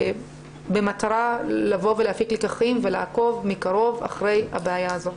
במטרה לבוא ולהפיק לקחים ולעקוב מקרוב אחרי הבעיה הזאת.